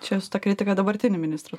čia su tokia etika dabartiniam ministrui